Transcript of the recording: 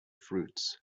fruits